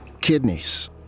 kidneys